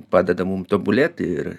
padeda mum tobulėti ir